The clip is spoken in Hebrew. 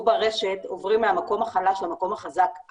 ברשת עוברים מהמקום החלש למקום החזק.